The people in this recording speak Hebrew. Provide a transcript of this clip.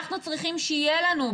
אנחנו צריכים שיהיה לנו,